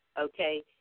okay